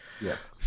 Yes